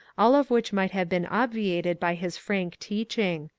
all of which might have been obviated by his frank teaching.